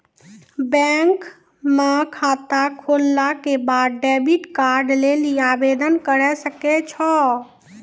bank म खाता खोलला के बाद डेबिट कार्ड लेली आवेदन करै सकै छौ